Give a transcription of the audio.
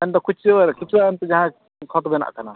ᱢᱮᱱ ᱫᱚ ᱠᱩᱪᱟᱹ ᱠᱩᱪᱟᱹ ᱮᱢᱛᱮ ᱡᱟᱦᱟᱸ ᱠᱷᱚᱛ ᱵᱮᱱᱟᱜ ᱠᱟᱱᱟ